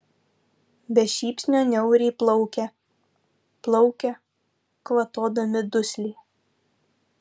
be šypsnio niauriai plaukia plaukia kvatodami dusliai